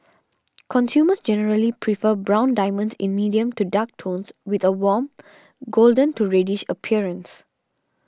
consumers generally prefer brown diamonds in medium to dark tones with a warm golden to reddish appearance